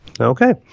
Okay